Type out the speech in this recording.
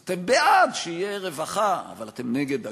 אז אתם בעד שתהיה רווחה אבל אתם נגד הגז.